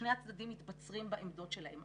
שני הצדדים מתבצרים בעמדות שלהם,